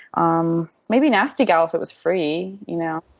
um maybe nasty gal if it was free, you know.